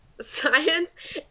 science